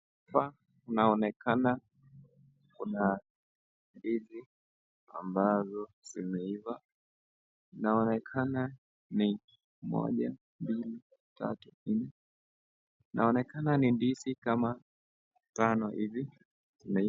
Hapa inaonekana kuna ndizi ambazo zimeiva. Inaonekana ni moja, mbili, tatu, nne. Inaonekana ni ndizi kama tano hivi.